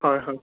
ꯍꯣꯏ ꯍꯣꯏ